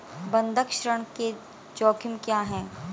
बंधक ऋण के जोखिम क्या हैं?